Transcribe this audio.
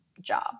job